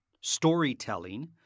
Storytelling